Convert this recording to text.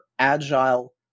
Agile